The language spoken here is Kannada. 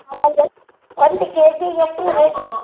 ಆಮೇಲೆ ಒಂದು ಕೆಜಿಗೆ ಎಷ್ಟು ರೀ ರೇಟ